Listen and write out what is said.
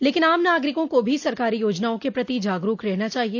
लेकिन आम नागरिकों को भी सरकारी योजनाओं के प्रति जागरूक रहना चाहिए